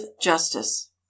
justice